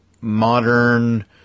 modern